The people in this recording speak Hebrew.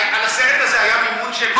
לסרט הזה היה מימון של מדינת ישראל.